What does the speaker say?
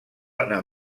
anar